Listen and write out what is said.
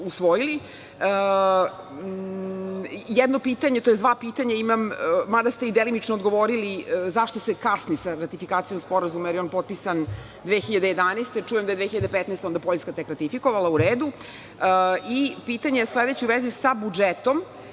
usvojili. Dva pitanja imam, mada ste delimično odgovorili zašto se kasni sa ratifikacijom Sporazuma jer je on potpisan 2011. godine, a čujem da ga je 2015. onda Poljska tek ratifikovala, u redu. Pitanje je sledeće u vezi sa budžetom.